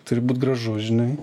turi būti gražus žinai